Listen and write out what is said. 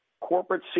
corporate